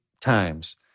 times